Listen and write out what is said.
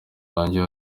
warangiye